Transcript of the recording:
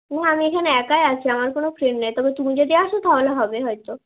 মৌ আমি এখানে একাই আছি আমার কোনো ফ্রেন্ড নেই তবে তুমি যদি আসো তাহলে হবে হয়তো